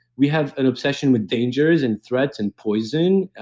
we have an obsession with dangers and threats and poison,